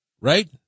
Right